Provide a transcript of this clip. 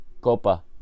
copa